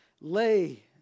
Lay